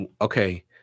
okay